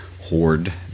hoard